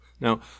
Now